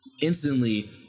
instantly